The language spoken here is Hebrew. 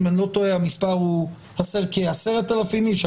אם אני לא טועה המספר הוא כ-10,000 איש,